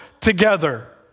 together